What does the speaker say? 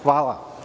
Hvala.